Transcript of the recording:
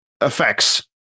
effects